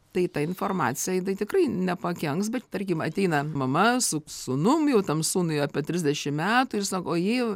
tai ta informacija tai tikrai nepakenks bet tarkim ateina mama su sūnum jau tam sūnui apie trisdešimt metų ir sako ojei